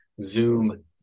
Zoom